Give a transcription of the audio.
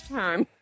time